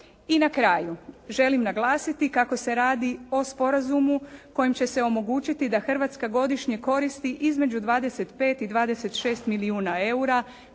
I na kraju želim naglasiti kako se radi o sporazumu kojim će se omogućiti da Hrvatska godišnje koristi između 25 i 26 milijuna eura